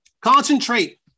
concentrate